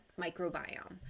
microbiome